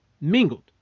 mingled